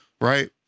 right